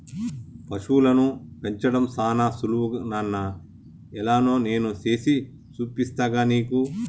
పశువులను పెంచడం సానా సులువు నాన్న ఎలానో నేను సేసి చూపిస్తాగా నీకు